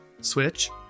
switch